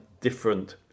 different